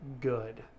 good